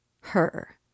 Her